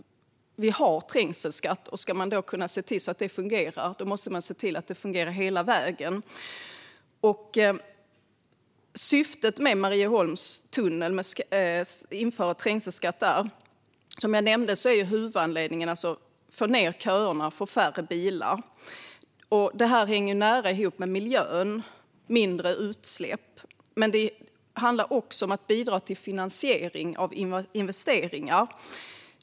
Vi har trängselskatt, och om den ska kunna fungera måste den fungera hela vägen. Som jag nämnde är huvudsyftet att minska köerna och få färre bilar. Detta hänger nära ihop med miljön och minskade utsläpp, men det handlar också om att bidra till finansiering av investeringar.